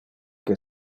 que